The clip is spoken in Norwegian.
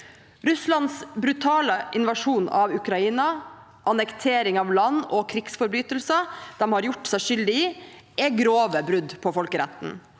Russlands brutale invasjon av Ukraina, annektering av land og krigsforbrytelser de har gjort seg skyldig i, er grove brudd på folkeretten.